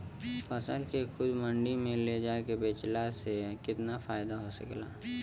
फसल के खुद मंडी में ले जाके बेचला से कितना फायदा हो सकेला?